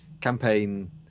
campaign